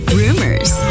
rumors